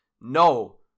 No